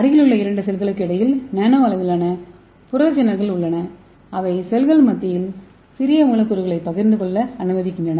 அருகிலுள்ள இரண்டு செல்களுக்கு இடையில் நானோ அளவிலான புரத சேனல்கள் உள்ளன அவை செல்கள் மத்தியில் சிறிய மூலக்கூறுகளைப் பகிர்ந்து கொள்ள அனுமதிக்கின்றன